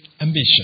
ambition